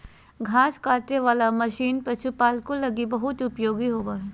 घास काटे वाला मशीन पशुपालको लगी बहुत उपयोगी होबो हइ